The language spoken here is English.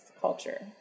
culture